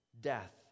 death